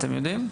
אתם יודעים?